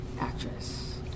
actress